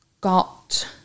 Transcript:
got